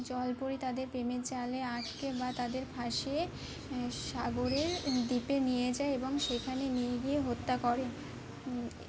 জলপরি তাদের প্রেমের জালে আঁটকে বা তাদের ফাঁসিয়ে সাগরের দ্বীপে নিয়ে যায় এবং সেখানে নিয়ে গিয়ে হত্যা করে